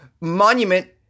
monument